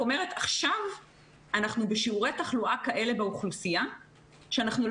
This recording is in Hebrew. כשאנחנו עושים חקירות אפידמיולוגיות יש מצבים שבהם מאוד ברור שמי